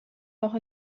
noch